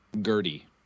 Gertie